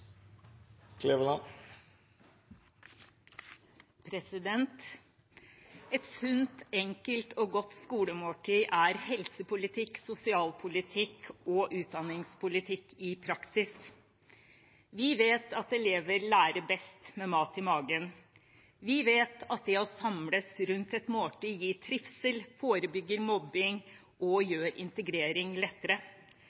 Et sunt, enkelt og godt skolemåltid er helsepolitikk, sosialpolitikk og utdanningspolitikk i praksis. Vi vet at elever lærer best med mat i magen. Vi vet at det å samles rundt et måltid gir trivsel, forebygger mobbing og